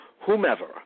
whomever